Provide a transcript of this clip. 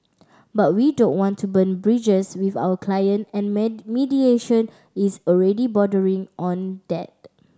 but we don't want to burn bridges with our client and mediation is already bordering on that